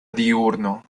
diurno